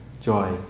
joy